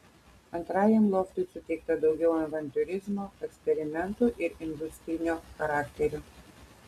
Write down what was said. antrajam loftui suteikta daugiau avantiūrizmo eksperimentų ir industrinio charakterio